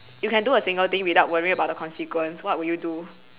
you can do a single thing without worrying about the consequence what will you do